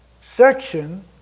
section